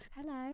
Hello